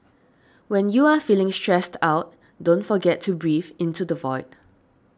when you are feeling stressed out don't forget to breathe into the void